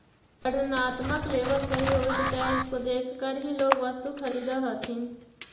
वर्णात्मक लेबल सही होवे चाहि इसको देखकर ही लोग वस्तु खरीदअ हथीन